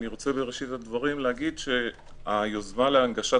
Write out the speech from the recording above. בראשית הדברים אני רוצה להגיד שהיוזמה להנגשת